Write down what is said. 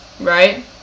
right